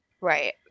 Right